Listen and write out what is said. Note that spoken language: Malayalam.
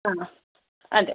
ആണോ അതെ